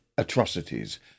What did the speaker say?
atrocities